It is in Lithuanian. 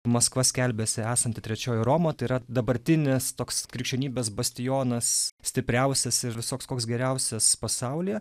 maskva skelbiasi esanti trečioji roma tai yra dabartinės toks krikščionybės bastionas stipriausias ir visoks koks geriausias pasaulyje